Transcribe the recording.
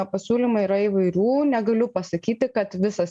pasiūlymų yra įvairių negaliu pasakyti kad visas